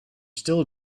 still